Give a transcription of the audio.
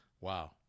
Wow